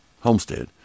homestead